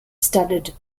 studied